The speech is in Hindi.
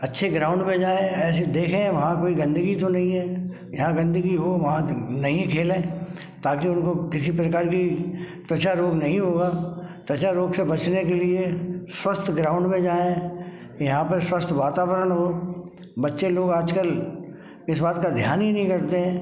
अच्छे ग्राउंड में जाएँ ऐसे ही देखें वहाँ कोई गंदगी तो नहीं है जहाँ गंदगी हो वहाँ तो नहीं खेलें ताकि उनको किसी प्रकार की त्वचा रोग नहीं होगा त्वचा रोग से बचने के लिए स्वस्थ ग्राउंड में जाएँ यहाँ पर स्वस्थ वातारवण हो बच्चे लोग आजकल इस बात का ध्यान ही नहीं रखते हैं